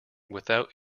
without